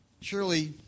surely